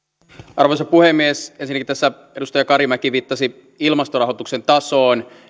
arvoisa puhemies ensinnäkin edustaja karimäki viittasi ilmastorahoituksen tasoon